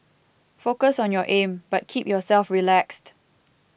focus on your aim but keep yourself relaxed